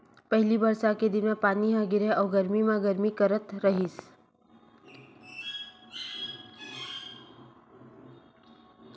पहिली बरसा के दिन म पानी ह गिरय अउ गरमी म गरमी करथ रहिस